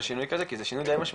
לשינוי כזה כי זה שינוי די משמעותי,